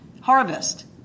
harvest